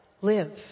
live